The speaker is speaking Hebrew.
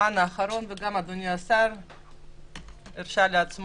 אדוני השר הרשה לעצמו